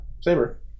Saber